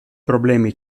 problemi